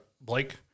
Blake